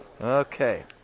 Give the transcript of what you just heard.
Okay